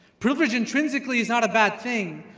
privilege intrinsically is not a bad thing,